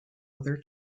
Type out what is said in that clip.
other